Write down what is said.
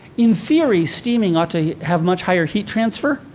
in theory, steaming ought to have much higher heat transfer.